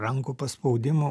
rankų paspaudimu